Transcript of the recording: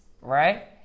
right